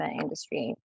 industry